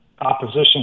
opposition